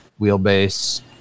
wheelbase